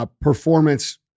performance